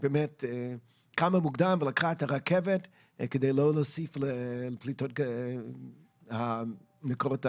יוליה קמה מוקדם ולקחה רכבת כדי לא להוסיף לפליטות המקורות הניידים.